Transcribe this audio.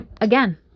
again